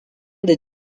des